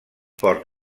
port